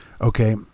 okay